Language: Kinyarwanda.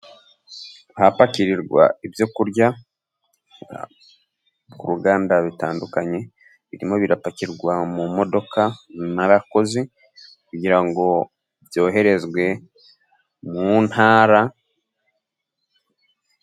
Ahapakirirwa ibyo kurya ku ruganda bitandukanye birimo birapakirwa mu modoka n'abakozi kugira ngo byoherezwe mu ntara.